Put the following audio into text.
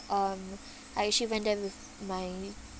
um I actually went there with my